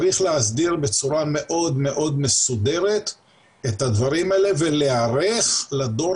צריך להסדיר בצורה מאוד מאוד מסודרת את הדברים האלה ולהיערך לדור